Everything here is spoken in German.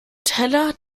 teller